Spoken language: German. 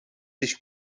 dich